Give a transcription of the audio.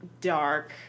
dark